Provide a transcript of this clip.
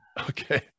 Okay